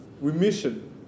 remission